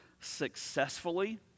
successfully